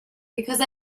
because